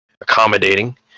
accommodating